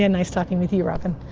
and nice talking with you robyn.